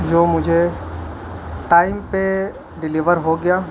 جو مجھے ٹائم پہ ڈلیور ہو گیا